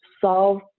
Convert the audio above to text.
solve